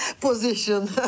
position